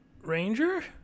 Ranger